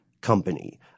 Company